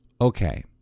okay